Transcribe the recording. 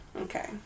okay